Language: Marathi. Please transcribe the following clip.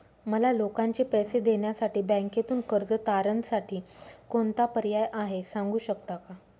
मला लोकांचे पैसे देण्यासाठी बँकेतून कर्ज तारणसाठी कोणता पर्याय आहे? सांगू शकता का?